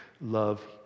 love